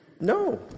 No